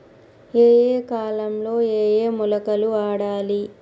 ఏయే కాలంలో ఏయే మొలకలు వాడాలి?